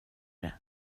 det